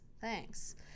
Thanks